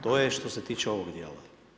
To je što se tiče ovog dijela.